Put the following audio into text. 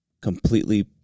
completely